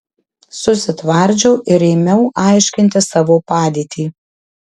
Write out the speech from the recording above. susitvardžiau ir ėmiau aiškinti savo padėtį